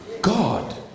god